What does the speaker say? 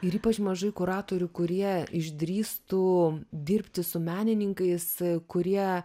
ir ypač mažai kuratorių kurie išdrįstų dirbti su menininkais kurie